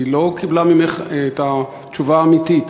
היא לא קיבלה ממך את התשובה האמיתית.